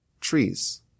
trees